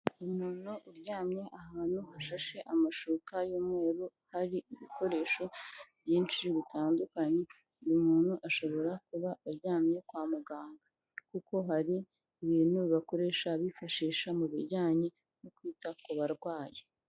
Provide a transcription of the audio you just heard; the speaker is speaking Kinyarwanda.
Umuntu uryamye ahantu hashashe amashuka y'umweru hari ibikoresho byinshi bitandukanye, uyu muntu ashobora kuba aryamye kwa muganga kuko hari ibintu bakoresha bifashisha mu bijyanye no kwita ku barwayi.